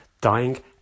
dying